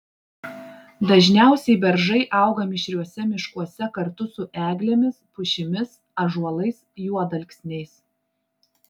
dažniausiai beržai auga mišriuose miškuose kartu su eglėmis pušimis ąžuolais juodalksniais